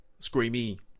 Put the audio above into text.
screamy